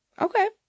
Okay